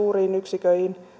suuriin yksiköihin